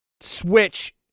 Switch